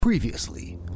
Previously